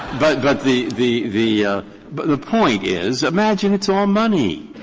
but but the the the but the point is imagine it's all money.